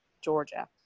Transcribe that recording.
Georgia